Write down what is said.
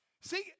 See